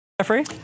Jeffrey